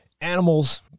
animals